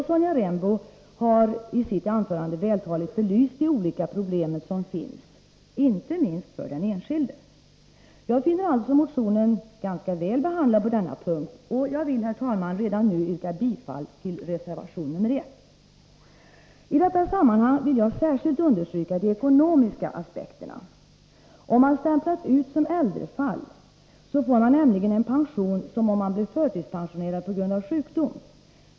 Sonja Rembo har i sitt anförande vältaligt belyst de olika problem som finns, inte minst för den enskilde. Jag finner alltså motionen ganska väl behandlad på denna punkt. Jag vill, herr talman, redan nu yrka bifall till reservation 1. I detta sammanhang vill jag särskilt understryka de ekonomiska aspekterna. Om man ”stämplat ut” som äldrefall får man nämligen pension som om man var förtidspensionerad på grund av sjukdom.